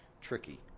tricky